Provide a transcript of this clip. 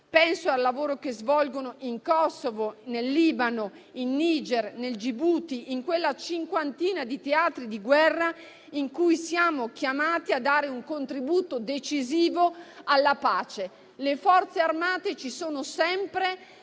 Penso al lavoro che svolgono in Kosovo, nel Libano, in Niger, nel Gibuti, in quella cinquantina di teatri di guerra in cui siamo chiamati a dare un contributo decisivo alla pace. Le Forze armate ci sono sempre,